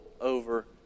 over